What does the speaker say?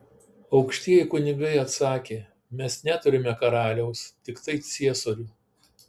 aukštieji kunigai atsakė mes neturime karaliaus tiktai ciesorių